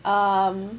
um